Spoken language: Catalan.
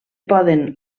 poden